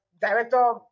director